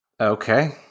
Okay